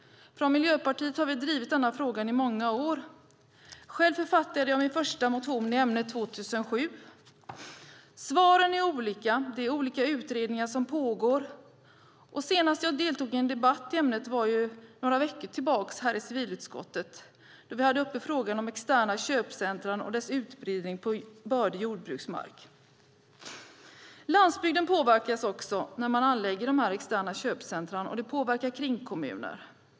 Miljöpartiet har drivit denna fråga i många år. Själv författade jag min första motion i ämnet 2007. Svaren är olika. Det är olika utredningar som pågår. Senast jag deltog i en debatt i ämnet var för några veckor sedan här i civilutskottet när frågan om externa köpcentra och dess utbredning på bördig jordbruksmark var uppe. Landsbygden påverkas också när man anlägger dessa externa köpcentra, och det påverkar kringkommuner.